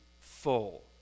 full